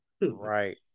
right